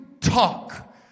talk